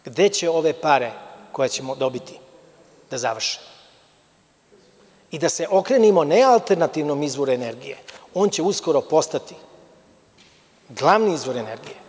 Gde će ove pare koje ćemo dobiti da završe i da se okrenemo ne alternativnom izvoru energije, on će uskoro postati glavni izvor energije.